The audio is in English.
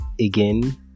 again